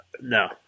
No